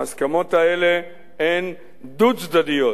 ההסכמות האלה הן דו-צדדיות.